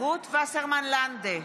רות וסרמן לנדה,